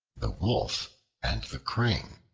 the wolf and the crane